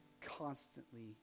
constantly